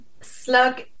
Slug